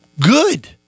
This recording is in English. Good